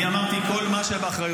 אני אמרתי, כל מה שבאחריותנו.